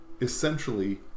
essentially